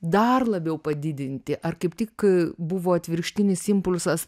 dar labiau padidinti ar kaip tik buvo atvirkštinis impulsas